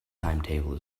timetable